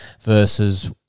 versus